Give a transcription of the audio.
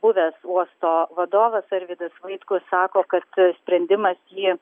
buvęs uosto vadovas arvydas vaitkus sako kad sprendimas jį